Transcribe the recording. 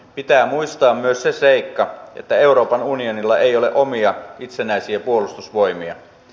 pitää muistaa myös se seikka että euroopan unionilla ei ole omia itsenäisiä puolustusvoimia